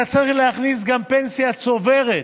אתה צריך להכניס גם פנסיה צוברת.